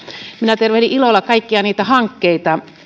minä tervehdin ilolla kaikkia niitä hankkeita